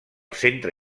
centre